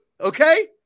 Okay